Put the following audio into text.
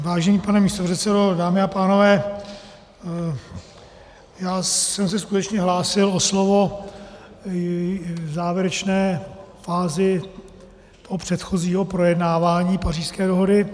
Vážený pane místopředsedo, dámy a pánové, já jsem se skutečně hlásil o slovo v závěrečné fázi toho předchozího projednávání Pařížské dohody.